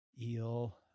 Eel